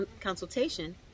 consultation